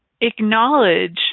acknowledge